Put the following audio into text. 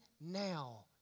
now